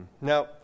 Now